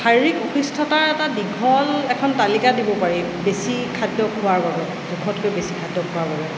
শাৰীৰিক অসুস্থতাৰ এটা দীঘল এখন তালিকা দিব পাৰি বেছি খাদ্য খোৱাৰ বাবে জোখতকৈ বেছি খাদ্য খোৱাৰ বাবে